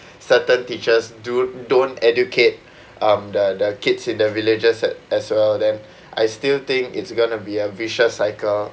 certain teachers don't don't educate um the the kids in the religious at as well then I still think it's gonna be a vicious cycle